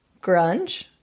grunge